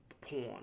porn